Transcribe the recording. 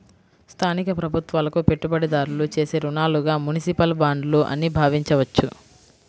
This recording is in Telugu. స్థానిక ప్రభుత్వాలకు పెట్టుబడిదారులు చేసే రుణాలుగా మునిసిపల్ బాండ్లు అని భావించవచ్చు